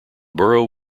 borough